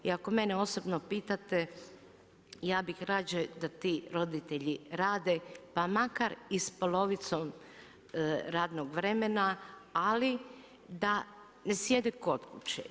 I ako mene osobno pitate ja bih rađe da ti roditelji rade, pa makar i sa polovicom radnog vremena, ali da ne sjede kod kuće.